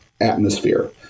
atmosphere